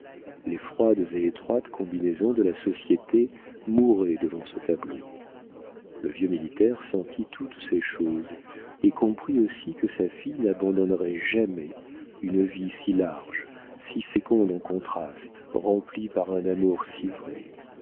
les froides et étroites combinaisons de la société mouraient devant ce tableau le vieux militaire sentit toutes ces choses et comprit aussi que sa fille n'abandonnerait jamais une vie si large si féconde en contrastes remplie par un amour si vrai